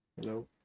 Hello